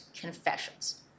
confessions